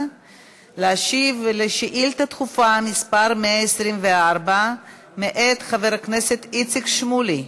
להשיב לשאילתה דחופה מס' 124 מאת חבר הכנסת איציק שמולי.